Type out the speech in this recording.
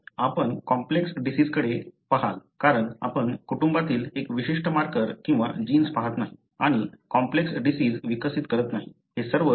तर आपण कॉम्प्लेक्स डिसिजकडे कसे पहाल कारण आपण कुटुंबातील एक विशिष्ट मार्कर किंवा जीन्स पाहत नाही आणि कॉम्प्लेक्स डिसिज विकसित करत नाही